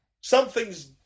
Something's